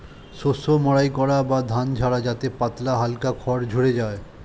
শস্য মাড়াই করা বা ধান ঝাড়া যাতে পাতলা হালকা খড় ঝড়ে যায়